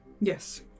Yes